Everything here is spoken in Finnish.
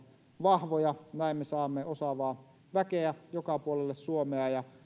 vahvoja näin me saamme osaavaa väkeä joka puolelle suomea ja